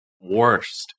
worst